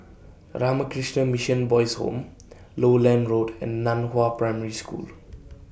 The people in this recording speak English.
Ramakrishna Mission Boys' Home Lowland Road and NAN Hua Primary School